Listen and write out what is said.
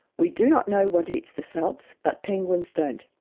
we do not know what eats the salps but penguins don't.